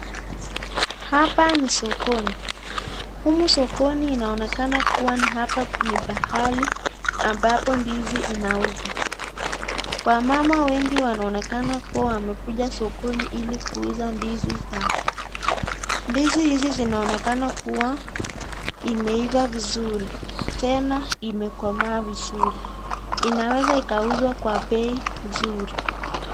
Hapa ni sokoni humu sokoni inaonekana kuwa ni hapa ni pahali ambapo ndizi inauswa, Wamama wengi wanaonekana kuwa wamekuja sokoni ili kuuza ndizi zao, Ndizi hizi zinaoneka kuwa imeiva vizuri tena imekomaa vizuri inaweza ikauswa kwa bei nzuri.